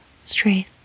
straight